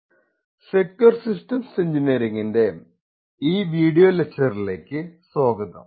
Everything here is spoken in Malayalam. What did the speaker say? ഹലോ സെക്യൂർ സിസ്റ്റംസ് എഞ്ചിനീയറിംഗിന്റെ ഈ വീഡിയോ ലെക്ച്ചറിലേക്ക് സ്വാഗതം